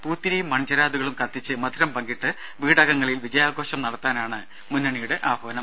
പൂത്തിരിയും മൺചെരാതുകളും കത്തിച്ച് മധുരം പങ്കിട്ട് വീടകങ്ങളിൽ വിജയാഘോഷം നടത്താനാണ് മുന്നണിയുടെ ആഹ്വാനം